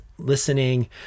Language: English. listening